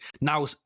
now